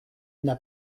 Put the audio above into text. n’a